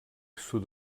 sud